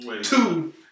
Two